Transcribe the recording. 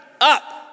up